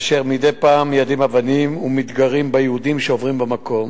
והם מדי פעם מיידים אבנים ומתגרים ביהודים שעוברים במקום.